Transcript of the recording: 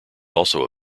also